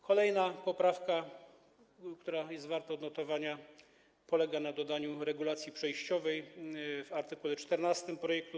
Kolejna poprawka, która jest warta odnotowania, polega na dodaniu regulacji przejściowej w art. 14 projektu.